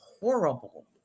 horrible